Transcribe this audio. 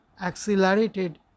accelerated